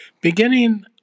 Beginning